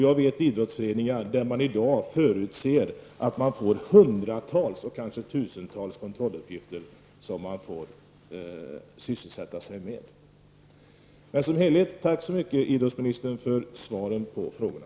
Jag vet idrottsföreningar där man i dag förutser att man får hundratals, kanske tusentals, kontrolluppgifter att sysselsätta sig med. Som helhet: Tack idrottsministern, för svaren på frågorna.